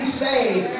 saved